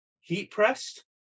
heat-pressed